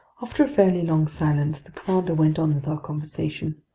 after a fairly long silence, the commander went on with our conversation.